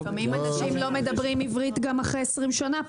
לפעמים אנשים לא מדברים עברית גם אחרי 20 שנה פה.